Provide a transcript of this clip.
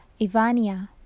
Ivania